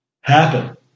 happen